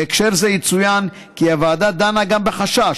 בהקשר זה יצוין כי הוועדה דנה גם בחשש